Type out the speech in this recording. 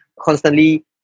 constantly